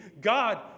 God